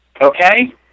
okay